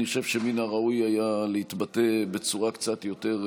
אני חושב שמן הראוי היה להתבטא בצורה קצת יותר,